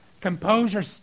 Composure